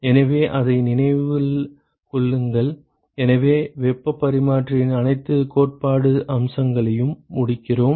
எனவே அதை நினைவில் கொள்ளுங்கள் எனவே வெப்பப் பரிமாற்றிகளின் அனைத்து கோட்பாட்டு அம்சங்களையும் முடிக்கிறோம்